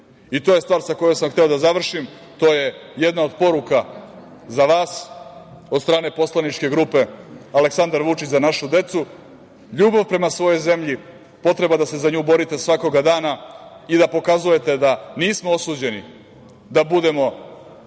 i to je stvar sa kojom sam hteo da završim, to je jedna od poruka za vas, od strane poslaničke grupe Aleksandar Vučić - Za našu decu. Ljubav prema svojoj deci, potreba da se za nju borite svakog dana i da pokazujete da nismo osuđeni da budemo